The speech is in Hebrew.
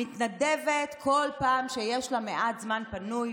מתנדבת כל פעם שיש לה מעט זמן פנוי,